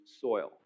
soil